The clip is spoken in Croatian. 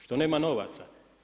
Što nema novaca?